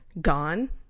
gone